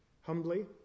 humbly